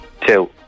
Two